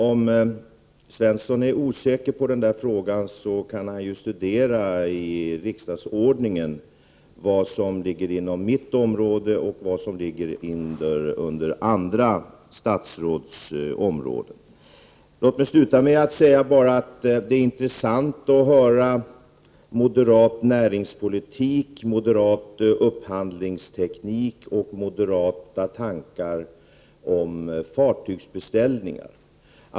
Om Svenson är osäker på frågan kan han studera i riksdagsordningen vad som ligger inom mitt område och vad som ligger inom andra statsråds områden. Låt mig bara sluta med att säga att det är intressant att höra moderat näringspolitik, moderat upphandlingsteknik och moderata tankar om fartygsbeställningar.